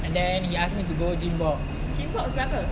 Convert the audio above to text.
and then he ask me to go GYMMBOXX